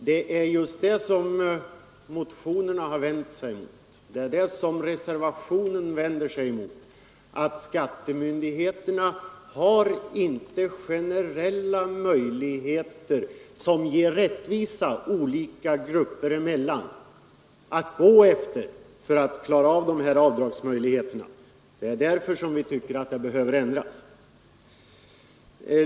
Det är just detta som motionerna har vänt sig emot och som reservationen vänder sig emot, att skattemyndigheterna inte har generella regler att gå efter beträffande avdragen, som ger rättvisa olika grupper emellan. Därför tycker vi att bestämmelserna behöver ändras.